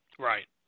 Right